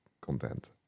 content